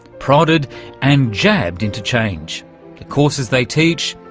prodded and jabbed into change. the courses they teach,